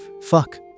Fuck